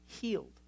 healed